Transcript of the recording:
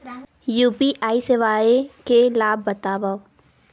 UPI सेवाएं के लाभ बतावव?